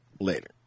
later